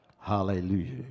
Hallelujah